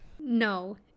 No